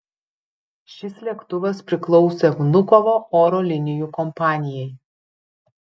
šis lėktuvas priklausė vnukovo oro linijų kompanijai